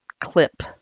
clip